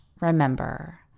remember